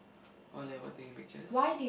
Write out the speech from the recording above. all like what taking pictures